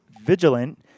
vigilant